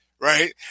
right